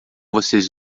vocês